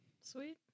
Sweet